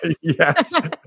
Yes